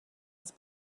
its